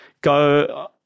go